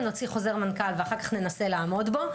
נוציא חוזר מנכ"ל ואחר כך ננסה לעמוד בו,